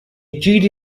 giri